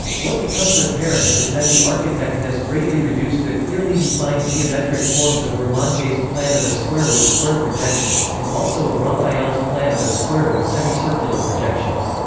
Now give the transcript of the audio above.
what becomes apparent is that the architect has greatly reduced the clearly defined geometric forms of bramante's plan of a square with square projections, and also of raphael's plan of a square with semi-circular projections.